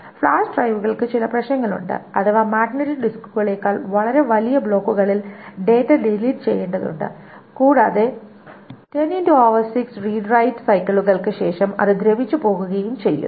flash ഡ്രൈവുകൾക്ക് ചില പ്രശ്നങ്ങളുണ്ട് അഥവാ മാഗ്നറ്റിക് ഡിസ്കുകളേക്കാൾ വളരെ വലിയ ബ്ലോക്കുകളിൽ ഡാറ്റ ഡിലീറ്റ് ചെയ്യേണ്ടതുണ്ട് കൂടാതെ 106 റീഡ് റൈറ്റ് സൈക്കിളുകൾക്ക് ശേഷം അത് ദ്രവിച്ചു പോകുകയും ചെയ്യുന്നു